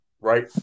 right